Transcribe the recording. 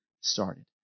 started